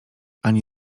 ani